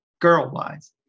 girl-wise